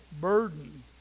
burden